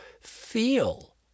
feel